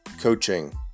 Coaching